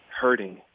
hurting